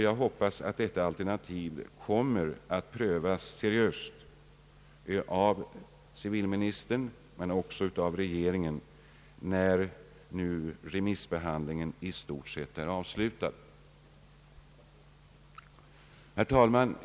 Jag hoppas att det alternativet kommer att prövas seriöst av civilministern men också av regeringen när nu remissbehandlingen i stort sett är avslutad. Herr talman!